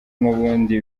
n’ubundi